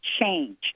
change